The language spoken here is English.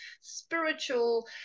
spiritual